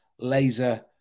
laser